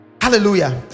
Hallelujah